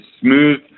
smooth